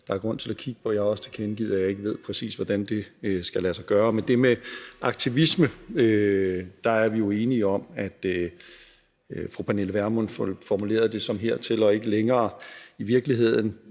der er grund til at kigge på. Jeg har også tilkendegivet, at jeg ikke ved, præcis hvordan det skal lade sig gøre. Men i forhold til det med aktivisme er vi jo enige om det, som fru Pernille Vermund får formuleret som: hertil og ikke længere. I virkeligheden